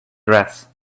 dress